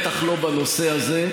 לא מכובד, בטח לא בנושא הזה.